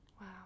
Wow